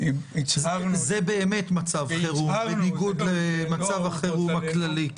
זה באמת מצב חירום בניגוד למצב החירום הכללי.